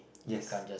yes